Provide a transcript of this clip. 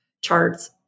charts